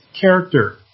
character